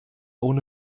ohne